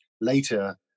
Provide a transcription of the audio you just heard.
later